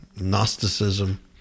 Gnosticism